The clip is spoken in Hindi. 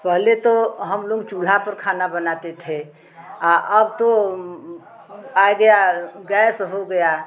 पहले तो हम लोग चूल्हे पर खाना बनाते थे अब तो आ गया गैस हो गया